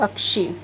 पक्षी